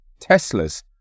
Teslas